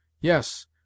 Yes